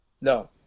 no